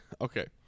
Okay